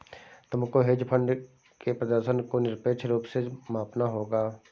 तुमको hedge fund के प्रदर्शन को निरपेक्ष रूप से मापना होगा